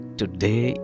today